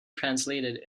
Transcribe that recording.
translated